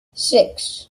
six